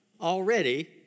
already